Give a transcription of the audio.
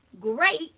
great